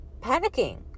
panicking